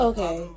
Okay